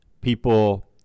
people